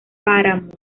páramos